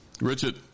Richard